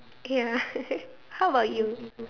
ya how about you